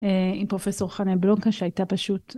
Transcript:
עם פרופסור חנה בלונקה שהייתה פשוט..